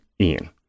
Ian